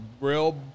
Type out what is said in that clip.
real